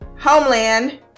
homeland